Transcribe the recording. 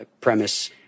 premise